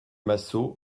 massot